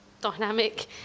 dynamic